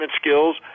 skills